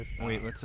Wait